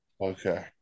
Okay